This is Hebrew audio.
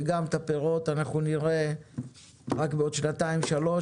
שגם את הפירות אנחנו נראה רק בעוד שנתיים-שלוש,